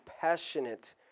passionate